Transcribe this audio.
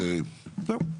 זהו.